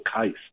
case